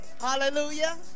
Hallelujah